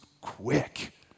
quick